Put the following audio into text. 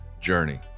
journey